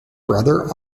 brother